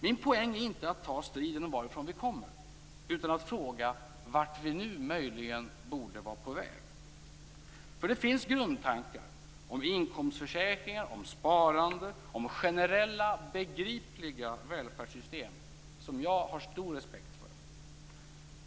Min poäng är inte att ta striden om varifrån vi kommer utan att fråga vart vi nu möjligen borde vara på väg. För det finns grundtankar om inkomstförsäkringar, om sparande, om generella begripliga välfärdssystem som jag har stor respekt för.